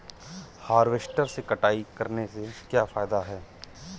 Harvester से कटाई करने से क्या फायदा है?